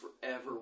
forever